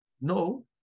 no